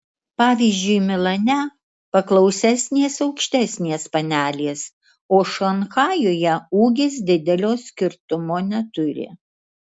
pavyzdžiui milane paklausesnės aukštesnės panelės o šanchajuje ūgis didelio skirtumo neturi